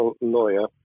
lawyer